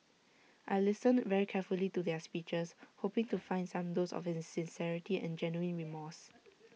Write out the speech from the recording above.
I listened very carefully to their speeches hoping to find some dose of sincerity and genuine remorse